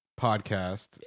podcast